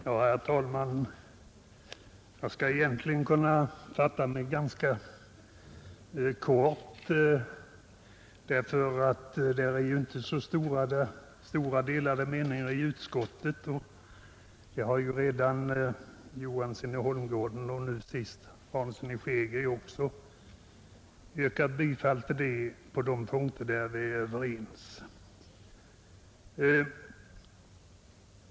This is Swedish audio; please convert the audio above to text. Herr talman! Jag skulle egentligen kunna fatta mig ganska kort, eftersom det inte råder särskilt delade meningar i utskottet. Dessutom har redan herr Johansson i Holmgården och nu senast herr Hansson i Skegrie yrkat bifall till de punkter där vi är överens.